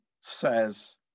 says